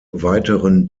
weiteren